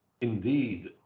indeed